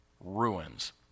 ruins